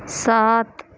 سات